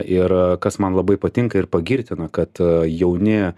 ir kas man labai patinka ir pagirtina kad jauni